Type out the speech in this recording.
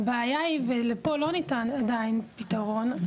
הבעיה היא ופה לא ניתן עדיין פתרון מה